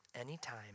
anytime